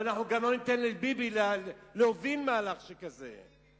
וגם לא ניתן לביבי להוביל מהלך שכזה.